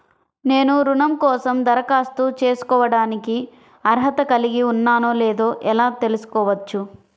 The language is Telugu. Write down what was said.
నేను రుణం కోసం దరఖాస్తు చేసుకోవడానికి అర్హత కలిగి ఉన్నానో లేదో ఎలా తెలుసుకోవచ్చు?